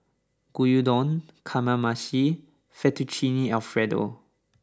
Gyudon Kamameshi Fettuccine Alfredo